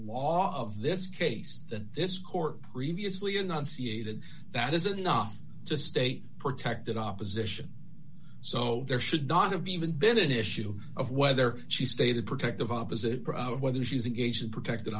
law of this case that this court previously enunciated that isn't enough to stay protected opposition so there should not have even been an issue of whether she stated protective opposite problem whether she was engaged in protected